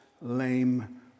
lame